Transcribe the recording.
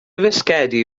fisgedi